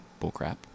bullcrap